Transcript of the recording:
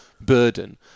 burden